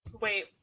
wait